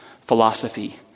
philosophy